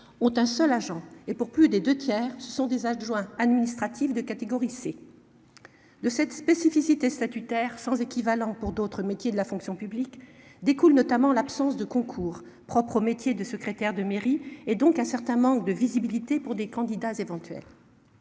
ont un seul agent et pour plus des 2 tiers. Ce sont des adjoints administratifs de catégorie C. De cette spécificité statutaire sans équivalent pour d'autres métiers de la fonction publique découle notamment l'absence de concours propre au métier de secrétaire de mairie et donc un certain manque de visibilité pour des candidats éventuels.